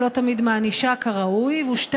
לא תמיד מענישה כראוי, ב.